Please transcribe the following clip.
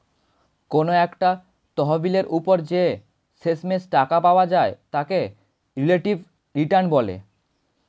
কোনো একটা তহবিলের উপর যে শেষমেষ টাকা পাওয়া যায় তাকে রিলেটিভ রিটার্ন বলে